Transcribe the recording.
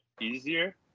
easier